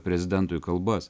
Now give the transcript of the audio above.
prezidentui kalbas